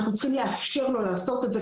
אנחנו צריכים לעזור לציבור לעשות את זה,